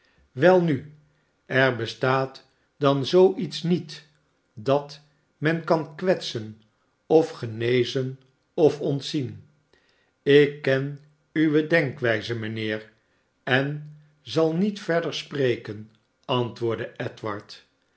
welnu er bestaat dan zoo iets niet dat men kan kwetsen of genezen of ontzien ik ken uwe denkwijze mijnheer en zal niet verder spreken antwoordde edward